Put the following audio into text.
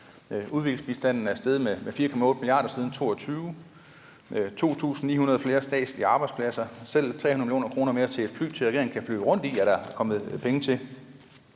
Udviklingsbistanden er steget med 4,8 mia. kr. siden 2022. Der er 2.900 flere statslige arbejdspladser. Selv 300 mio. kr. mere til et fly, som regeringen kan flyve rundt i, er der kommet penge til.